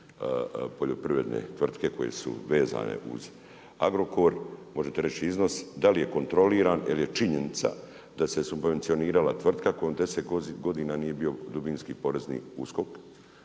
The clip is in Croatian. poljoprivredne tvrtke koje su vezane uz Agrokor. Možete reći iznos da li je kontroliran, jer je činjenica da se subvencionirala tvrtka u kojoj 10 godina nije bio dubinski Porezni USKOK.